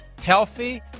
healthy